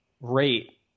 rate